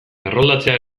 erroldatzea